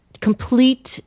complete